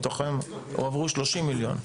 שמתוכם הועברו 30 מיליון.